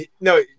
no